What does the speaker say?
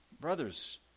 Brothers